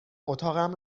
اتاقم